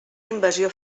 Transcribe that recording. invasió